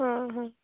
ହଁ ହଁ